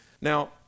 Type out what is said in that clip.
now